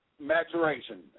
maturation